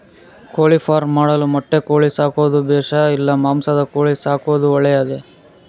ಕೋಳಿಫಾರ್ಮ್ ಮಾಡಲು ಮೊಟ್ಟೆ ಕೋಳಿ ಸಾಕೋದು ಬೇಷಾ ಇಲ್ಲ ಮಾಂಸದ ಕೋಳಿ ಸಾಕೋದು ಒಳ್ಳೆಯದೇ?